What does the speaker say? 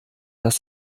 das